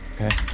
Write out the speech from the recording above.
Okay